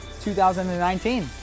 2019